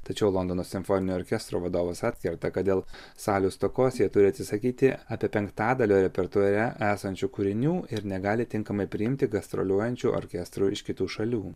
tačiau londono simfoninio orkestro vadovas atkerta kad dėl salių stokos jie turi atsisakyti apie penktadalio repertuare esančių kūrinių ir negali tinkamai priimti gastroliuojančių orkestrų iš kitų šalių